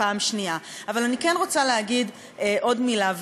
אבל אני כן רוצה להגיד עוד מילה,